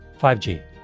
5G